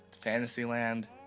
Fantasyland